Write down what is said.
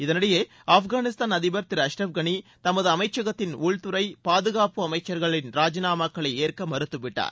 இதனிடையே ஆப்கானிஸ்தான் அதிபர் திரு அஷ்ரப் கனி தமது அமைச்சகத்தின் உள்துறை பாதுகாப்பு அமைச்சர்கள் ராஜினாமாக்களை ஏற்க மறுத்துவிட்டார்